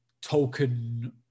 token